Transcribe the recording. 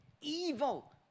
evil